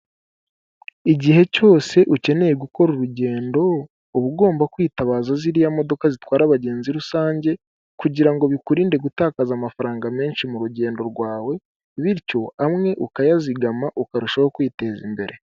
Igihe cyose ukeneye gukora urugendo uba ugomba kwitabaza ziriya modoka zitwara abagenzi rusange, kugirango bikuririnde gutakaza amafaranga menshi murugendo rwawe, bityo amwe ukayazigama ukarushaho kwiteza imbere.